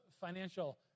financial